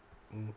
mm